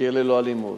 "עיר ללא אלימות"